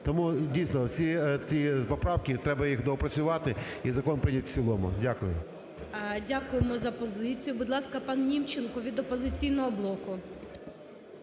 Тому дійсно всі ці поправки, треба їх доопрацювати і закон прийняти в цілому. Дякую. ГОЛОВУЮЧИЙ. Дякуємо за позицію. Будь ласка, пан Німченко від "Опозиційного блоку".